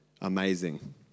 amazing